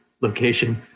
location